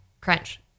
Crunch